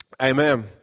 Amen